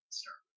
start